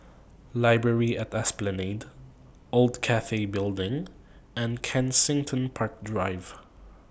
Library At Esplanade Old Cathay Building and Kensington Park Drive